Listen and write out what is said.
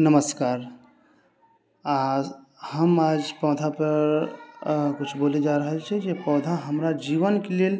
नमस्कार आज हम आज पौधा पर किछु बोले जा रहल छी जे पौधा हमरा जीवनके लेल